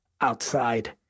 outside